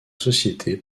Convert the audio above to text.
société